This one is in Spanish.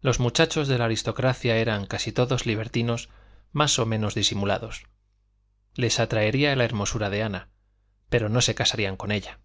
los muchachos de la aristocracia eran casi todos libertinos más o menos disimulados les atraería la hermosura de ana pero no se casarían con ella